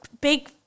big